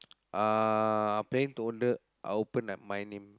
uh planning to open at my name